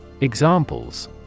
Examples